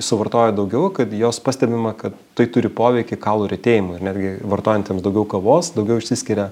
suvartoja daugiau kad jos pastebima kad tai turi poveikį kaulų retėjimui ir netgi vartojantiems daugiau kavos daugiau išsiskiria